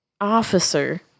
officer